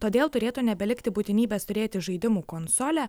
todėl turėtų nebelikti būtinybės turėti žaidimų konsolę